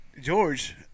George